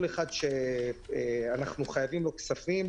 כל אחד שאנו חייבים לו כספים,